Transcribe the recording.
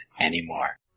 anymore